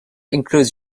includes